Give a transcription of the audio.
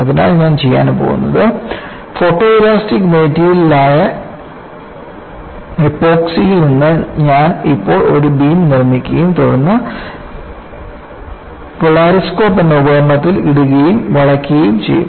അതിനാൽ ഞാൻ ചെയ്യാൻ പോകുന്നത് ഫോട്ടോലോസ്റ്റിക് മെറ്റീരിയലായ എപ്പോക്സിയിൽ നിന്ന് ഞാൻ ഇപ്പോൾ ഒരു ബീം നിർമ്മിക്കുകയും തുടർന്ന് പോളാരിസ്കോപ്പ് എന്ന ഉപകരണത്തിൽ ഇടുകയും വളയ്ക്കുകയും ചെയ്യും